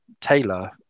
Taylor